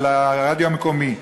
של הרדיו המקומי.